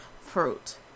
fruit